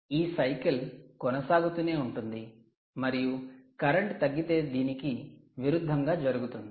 ఈ సైకిల్ కొనసాగుతూనే ఉంటుంది మరియు కరెంటు తగ్గితే దీనికి విరుద్ధంగా జరుగుతుంది